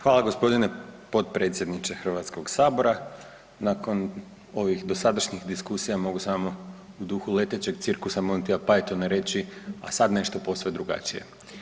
Hvala gospodine potpredsjedniče Hrvatskog sabora, nakon ovih dosadašnjih diskusija mogu samo u duhu letećeg cirkusa Monitea Paintona reći, a sad nešto posve drugačije.